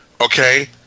Okay